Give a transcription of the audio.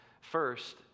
First